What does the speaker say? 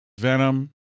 Venom